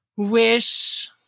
Wish